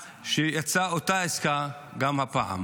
כשאותה עסקה יצאה גם הפעם.